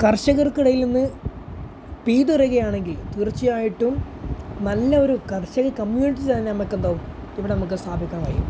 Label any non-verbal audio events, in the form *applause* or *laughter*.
കർഷകർക്കിടയിൽ നിന്ന് *unintelligible* ആണെങ്കിൽ തീർച്ചയായിട്ടും നല്ല ഒരു കർഷക കമ്മ്യൂണിറ്റി തന്നെ നമ്മൾക്കെന്താകും ഇവിടെ നമുക്ക് സ്ഥാപിക്കാൻ കഴിയും